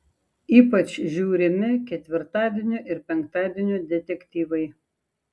ypač žiūrimi ketvirtadienio ir penktadienio detektyvai